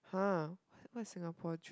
!huh! what what Singapore dream